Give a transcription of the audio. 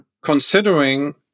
considering